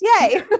Yay